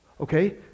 Okay